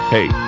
Hey